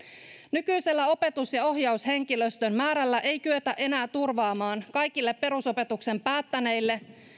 nykyisellä opetus ja ohjaushenkilöstön määrällä ei kyetä enää turvaamaan kaikille perusopetuksen päättäneille